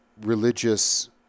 religious